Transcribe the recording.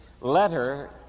letter